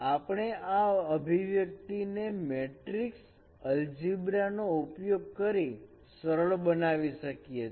આપણે આ અભિવ્યક્તિ ને મેટ્રિક્સ અલજેબ્રા નો ઉપયોગ કરી સરળ બનાવી શકીએ છીએ